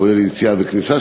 כולל יציאה וכניסה,